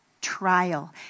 trial